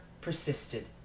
persisted